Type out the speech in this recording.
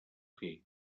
fer